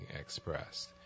expressed